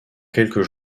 quelques